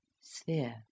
sphere